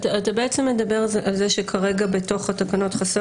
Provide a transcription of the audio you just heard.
אתה בעצם מדבר על זה שכרגע בתוך התקנות חסר